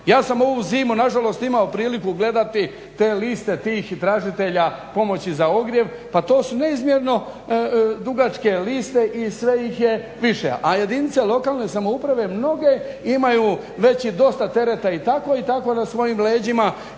Ja sam ovu zimu nažalost imao priliku gledati te liste tih tražitelja pomoći za ogrjev, pa to su neizmjerno dugačke liste i sve ih je više, a jedinice lokalne samouprave mnoge imaju već i dosta tereta tako i tako da svojim leđima